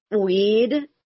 weed